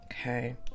Okay